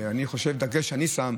והדגש שאני שם,